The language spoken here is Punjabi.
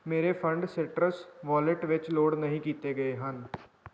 ਮੇਰੇ ਫੰਡ ਸੀਟਰਸ ਵਾਲਟ ਵਿੱਚ ਲੋਡ ਨਹੀਂ ਕੀਤੇ ਗਏ ਹਨ